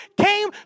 came